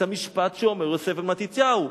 למשפט שאומר יוסף בן מתתיהו.